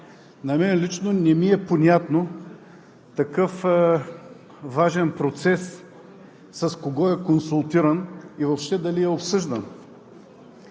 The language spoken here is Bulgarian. На мен лично не ми е понятно такъв важен процес с кого е консултиран и въобще дали е обсъждан?